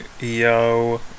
yo